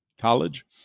college